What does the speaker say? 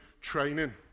training